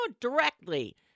directly